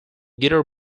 guitar